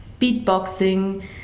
beatboxing